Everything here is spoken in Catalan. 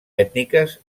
ètniques